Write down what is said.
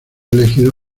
elegido